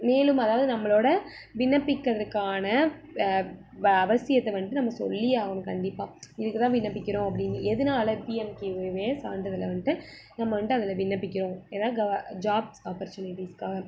மேலும் அதாவது நம்மளோட விண்ணப்பிக்கிறதுக்கான வ அவசியத்தை வந்துட்டு நம்ம சொல்லியே ஆகணும் கண்டிப்பாக இதுக்கு தான் விண்ணப்பிக்கிறோம் அப்படின்னு எதனால பிஎன்கேவிஒய் சான்றிதழை வந்துட்டு நம்ம வந்துட்டு அதில் விண்ணப்பிக்கிறோம் எதாவது கவ ஜாப்ஸ் ஆப்பர்ச்சுனிட்டிஸ்க்காக